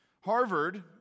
Harvard